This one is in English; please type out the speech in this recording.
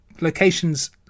locations